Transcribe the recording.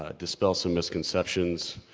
ah dispel some misconceptions,